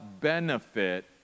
benefit